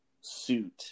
suit